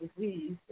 disease